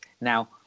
now